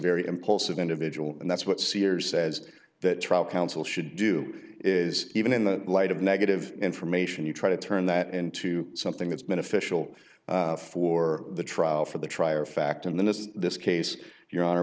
very impulsive individual and that's what sears says that trial counsel should do is even in the light of negative information you try to turn that into something that's been official for the trial for the trier of fact in this this case your honor